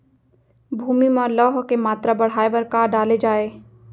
भूमि मा लौह के मात्रा बढ़ाये बर का डाले जाये?